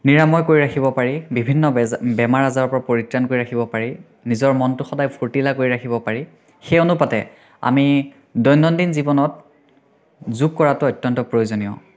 নিৰাময় কৰি ৰাখিব পাৰি বিভিন্ন বেমাৰ আজাৰৰ পৰা পৰিত্ৰাণ কৰি ৰাখিব পাৰি নিজৰ মনটো সদায় ফূৰ্টিলা কৰি ৰাখিব পাৰি সেই অনুপাতে আমি দৈনন্দিন জীৱনত যোগ কৰাটো অত্যন্ত প্ৰয়োজনীয়